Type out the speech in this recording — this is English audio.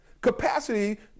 capacity